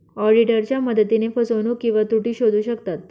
ऑडिटरच्या मदतीने फसवणूक किंवा त्रुटी शोधू शकतात